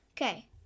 Okay